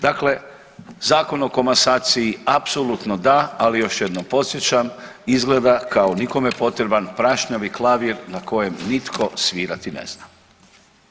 Dakle, Zakon o komasaciji apsolutno da, ali još jednom podsjećam izgleda kao nikome potreban prašnjavi klavir na kojem nitko svirati ne zna.